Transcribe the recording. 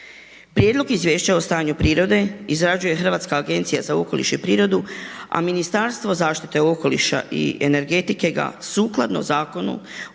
Prijedlog izvješća o stanju prirode izrađuje Hrvatska agencija za okoliš i prirodu a Ministarstvo zaštite okoliša i energetike ga sukladno Zakonu